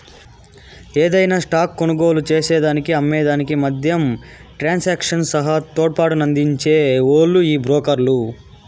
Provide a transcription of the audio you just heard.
యాదైన స్టాక్ కొనుగోలు చేసేదానికి అమ్మే దానికి మద్యం ట్రాన్సాక్షన్ సహా తోడ్పాటునందించే ఓల్లు ఈ బ్రోకర్లు